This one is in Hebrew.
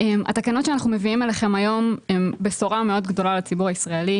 התקנות שאנחנו מביאים אליכם היום הן בשורה מאוד גדולה לציבור הישראלי.